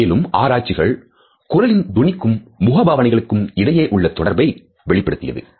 மேலும் ஆராய்ச்சிகள் குரலின் துணிக்கும் முகபாவனைகளிடையே உள்ள தொடர்பை வெளிப்படுத்தியது